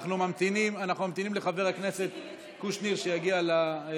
אנחנו ממתינים לחבר הכנסת קושניר שיגיע לדוכן.